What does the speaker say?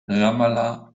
ramallah